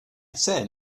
said